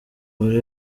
buri